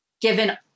given